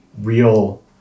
real